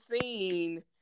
seen